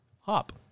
hop